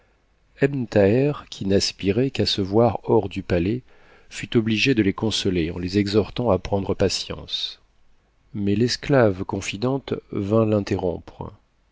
qui n'aspirait qu'à se voir hors du palais fut obligé de les consoler en les exhortant à prendre patience mais l'esclave congdente vint l'interrompre